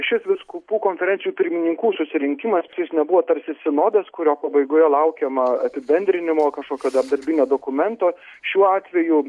šis vyskupų konferencijų pirmininkų susirinkimas tai jis nebuvo tarsi sinodas kurio pabaigoje laukiama apibendrinimo kažkokio dar dabartinio dokumento šiuo atveju